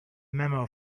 memo